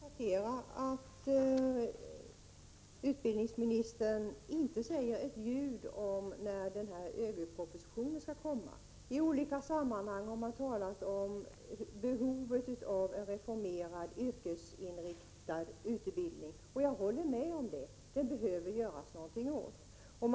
Herr talman! Jag kan konstatera att utbildningsministern inte säger ett ljud om när ÖGY-propositionen skall komma. I olika sammanhang har man talat om behovet av en reformerad yrkesinriktad utbildning. Jag håller med om att det behöver göras någonting åt den utbildningen.